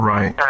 Right